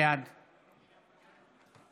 בעד